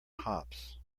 hops